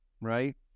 right